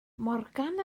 morgan